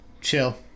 chill